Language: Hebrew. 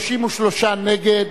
33 נגד,